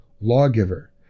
lawgiver